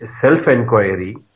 self-enquiry